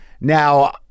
Now